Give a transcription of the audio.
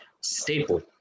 staple